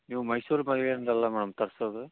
ನೀವು ಮೈಸೂರು ಮಲ್ಲಿಗೆಯಿಂದಲ್ಲ ಮೇಡಮ್ ತರಿಸೋದು